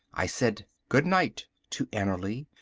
i said good night to annerly,